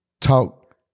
talk